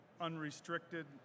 unrestricted